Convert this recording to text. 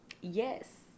Yes